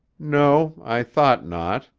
no. i thought not.